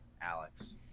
alex